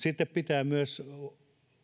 sitten pitää myös